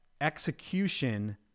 execution